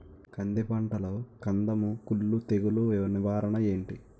కంది పంటలో కందము కుల్లు తెగులు నివారణ ఏంటి?